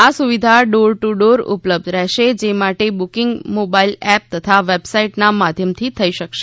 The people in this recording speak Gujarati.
આ સુવિધા ડોર ટૂ ડોર ઉપલબ્ધ રહેશે જે માટે બૂકિંગ મોબાઇલ એપ તથા વેબસાઇટના માધ્યમથી થઈ શકશે